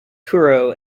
truro